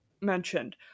mentioned